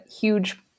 huge